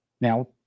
Now